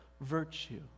Virtue